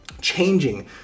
changing